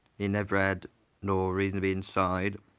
he never had no reason to be inside.